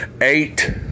Eight